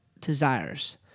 desires